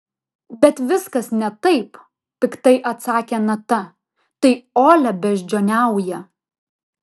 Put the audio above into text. bet viskas ne taip piktai atsakė nata tai olia beždžioniauja